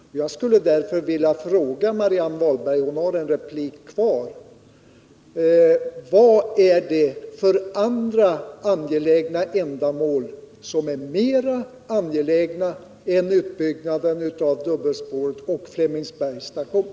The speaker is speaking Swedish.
Jag skulle därför vilja fråga Marianne Wahlberg— hon har en replik kvar: Vad är det för andra ändamål som är mera angelägna än utbyggnaden av dubbelspåret och Flemingsbergs station?